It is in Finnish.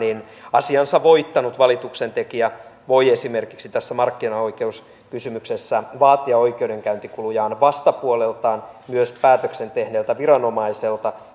asiansa voittanut valituksen tekijä voi esimerkiksi tässä markkinaoikeuskysymyksessä vaatia oikeudenkäyntikulujaan vastapuolelta myös päätöksen tehneeltä viranomaiselta